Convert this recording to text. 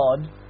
God